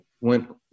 went